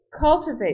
cultivate